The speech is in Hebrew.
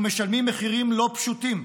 אנחנו משלמים מחירים לא פשוטים.